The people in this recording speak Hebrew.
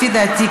לפי דעתי,